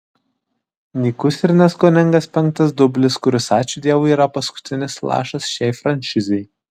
nykus ir neskoningas penktas dublis kuris ačiū dievui yra paskutinis lašas šiai franšizei